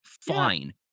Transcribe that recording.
fine